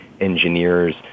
engineers